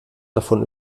davon